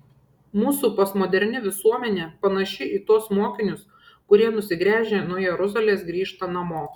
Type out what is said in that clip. mūsų postmoderni visuomenė panaši į tuos mokinius kurie nusigręžę nuo jeruzalės grįžta namo